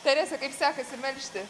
terese kaip sekasi melžti